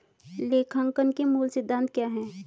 लेखांकन के मूल सिद्धांत क्या हैं?